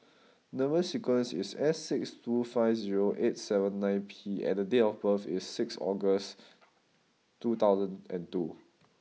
number sequence is S six two five zero eight seven nine P and date of birth is sixth August two thousand and two